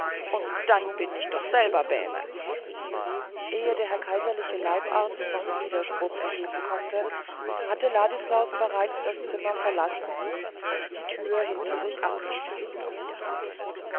und dann bin ich doch selbe bähmm ehe der herr kaiserliche leibarzt noch widerspruch erheben konnte hatte ladislaus bereits das zimmer verlassen und die türe hinter sich abgesperrt